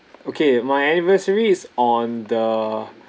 okay my anniversary is on the